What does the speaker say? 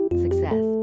Success